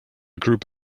group